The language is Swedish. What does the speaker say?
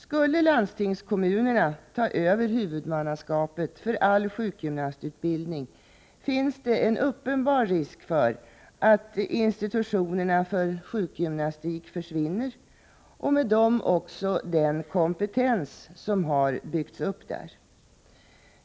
Skulle landstingskommunerna ta över huvudmannaskapet för all sjukgymnastutbildning, finns det en uppenbar risk för att institutionerna för sjukgymnastik försvinner och med dem också den kompetens som har byggts upp där.